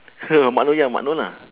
mat noh ya mat noh ah